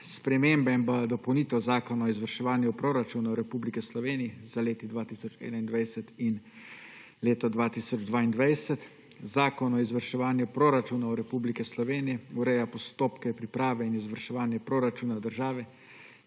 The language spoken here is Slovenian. spremembe in dopolnitev Zakona o izvrševanju proračunov Republike Slovenije za leti 2021 in 2022. Zakon o izvrševanju proračunov Republike Slovenije ureja postopke, priprave in izvrševanje proračuna države,